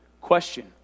question